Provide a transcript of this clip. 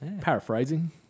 paraphrasing